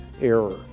error